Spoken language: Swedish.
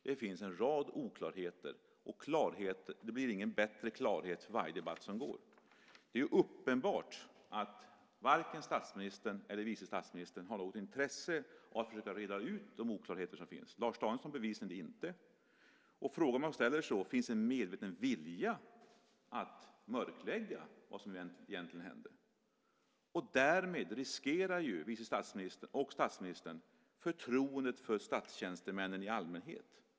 Det finns en rad oklarheter, och det blir ingen bättre klarhet för varje debatt som förs. Det är uppenbart att varken statsministern eller vice statsministern har något intresse av att försöka reda ut de oklarheter som finns. Lars Danielsson har det bevisligen inte. Frågan man ställer sig är: Finns det en medveten vilja att mörklägga vad som egentligen hände? Därmed riskerar ju vice statsministern och statsministern förtroendet för statstjänstemännen i allmänhet.